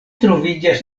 troviĝas